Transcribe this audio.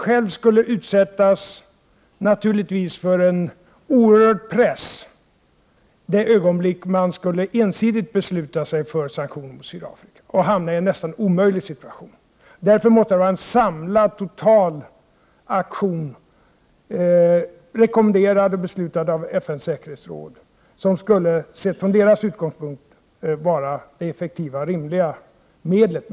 Själva skulle de naturligtvis utsättas för en oerhörd press det ögonblick de ensidigt skulle besluta sig för sanktioner mot Sydafrika och hamna i en nästan omöjlig situation. Därför måste det vara en samlad, total aktion, rekommenderad och beslutad av FN:s säkerhetsråd, som från deras utgångspunkt skulle vara det effektiva och rimliga medlet.